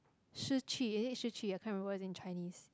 Shi-Ji is it Shi-Ji I can't remember in Chinese